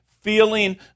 feeling